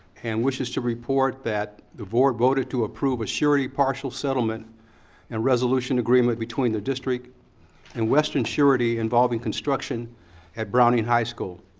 and wishes to report that the board voted to approve a surety partial settlement and resolution agreement between the district and western surety involving construction at browning high school.